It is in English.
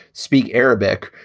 speak arabic.